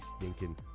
stinking